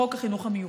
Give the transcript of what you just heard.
חוק החינוך המיוחד,